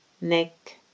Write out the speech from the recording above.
Neck